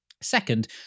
Second